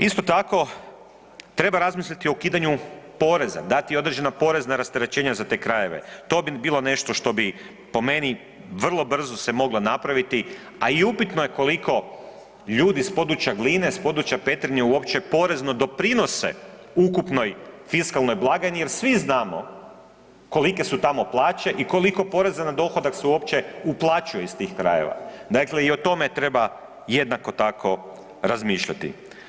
Isto tako treba razmisliti o ukidanju poreza, dati određena porezna rasterećenja za te krajeve, to bi bilo nešto što bi po meni vrlo brzo se moglo napraviti, a i upitno je koliko ljudi s područja Gline, s područja Petrinje uopće porezno doprinose ukupnoj fiskalnoj blagajni jer svi znamo kolike su tamo plaće i koliko poreza na dohodak se uopće uplaćuje iz tih krajeva, dakle i o tome treba jednako tako razmišljati.